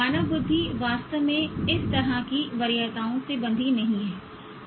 मानव बुद्धि वास्तव में इस तरह की वरीयताओं से बंधी नहीं है